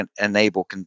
enable